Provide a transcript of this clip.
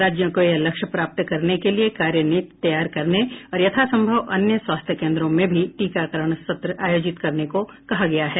राज्यों को यह लक्ष्य प्राप्त करने के लिए कार्यनीति तैयार करने और यथासंभव अन्य स्वास्थ्य केन्द्रों में भी टीकाकरण सत्र आयोजित करने को कहा गया है